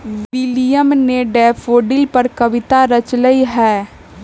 William ने daffodil पर कविता रच लय है